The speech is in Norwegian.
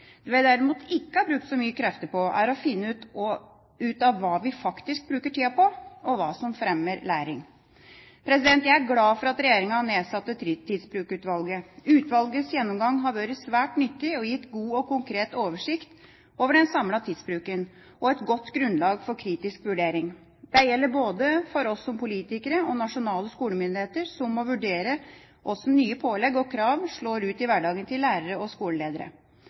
Det vi derimot ikke har brukt så mye krefter på, er å finne ut av hva vi faktisk bruker tida på, og hva som fremmer læring. Jeg er glad for at regjeringa nedsatte Tidsbrukutvalget. Utvalgets gjennomgang har vært svært nyttig og gitt god og konkret oversikt over den samlede tidsbruken, og et godt grunnlag for kritisk vurdering. Det gjelder for oss både som politikere og som nasjonale skolemyndigheter, som må vurdere hvordan nye pålegg og krav slår ut i hverdagen til lærere og skoleledere.